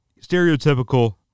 stereotypical